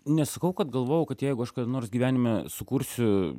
nesakau kad galvojau kad jeigu aš kada nors gyvenime sukursiu